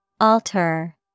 Alter